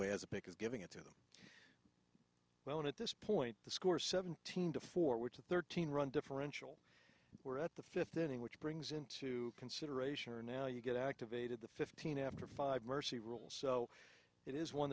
way as a pick is giving it to them when at this point the score seventeen to forward to thirteen run differential we're at the fifth inning which brings into consideration and now you get activated the fifteen after five mercy rule so it is one